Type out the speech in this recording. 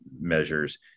measures